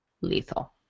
Lethal